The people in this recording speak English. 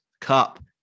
Cup